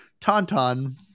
Tauntaun